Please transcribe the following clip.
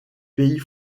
pays